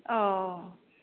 औ